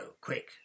quick